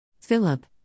Philip